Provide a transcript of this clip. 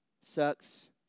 sucks